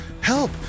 Help